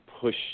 push